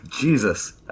Jesus